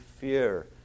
fear